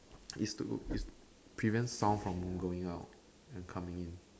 is to is prevent sound from going out and coming in